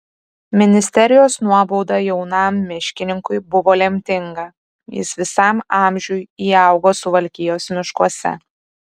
ministerijos nuobauda jaunam miškininkui buvo lemtinga jis visam amžiui įaugo suvalkijos miškuose